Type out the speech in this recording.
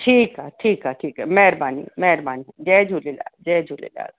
ठीकु आहे ठीक आहे ठीकु आहे मैरबानी मैरबानी जय झूलेलाल जय झूलेलाल